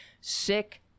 sick